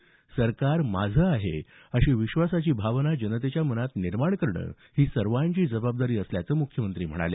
सरकार माझं आहे अशी विश्वासाची भावना जनतेच्या मनात निर्माण करणे ही सर्वांची जबाबदारी असल्याचं मुख्यमंत्री ठाकरे म्हणाले